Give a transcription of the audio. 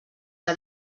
que